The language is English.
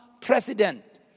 president